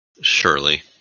surely